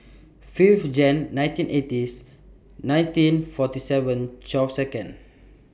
five January nineteen eighties nineteen forty seven twelve Second